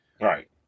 Right